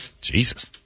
Jesus